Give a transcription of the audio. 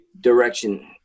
direction